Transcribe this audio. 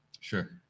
sure